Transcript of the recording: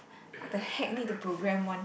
what the heck need to program one